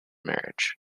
marriage